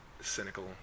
cynical